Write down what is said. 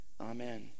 Amen